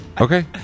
Okay